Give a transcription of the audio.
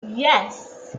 yes